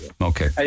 okay